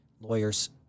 lawyers